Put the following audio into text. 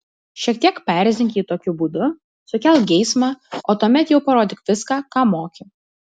šiek tiek paerzink jį tokiu būdu sukelk geismą o tuomet jau parodyk viską ką moki